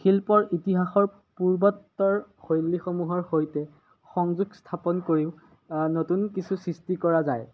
শিল্পৰ ইতিহাসৰ পূৰ্বেত্তৰ শৈলীসমূহৰ সৈতে সংযোগ স্থাপন কৰিও নতুন কিছু সৃষ্টি কৰা যায়